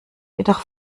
jedoch